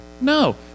No